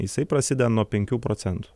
jisai prasideda nuo penkių procentų